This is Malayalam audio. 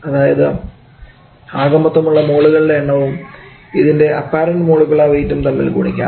അതായത് ആകെമൊത്തം ഉള്ള മോളുകളുടെ എണ്ണവും ഇതിൻറെ അപ്പാരൻറ് മോളിക്കുലർ വെയിറ്റും തമ്മിൽ ഗുണിക്കാം